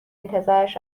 انتظارش